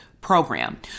program